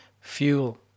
fuel